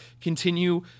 continue